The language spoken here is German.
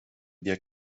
wir